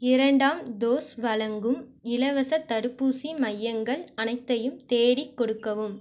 இரண்டாம் டோஸ் வழங்கும் இலவசத் தடுப்பூசி மையங்கள் அனைத்தையும் தேடிக் கொடுக்கவும்